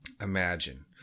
Imagine